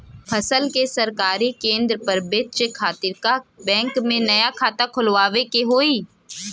फसल के सरकारी केंद्र पर बेचय खातिर का बैंक में नया खाता खोलवावे के होई?